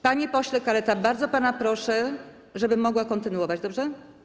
Panie pośle Kaleta, bardzo pana proszę - żebym mogła kontynuować, dobrze?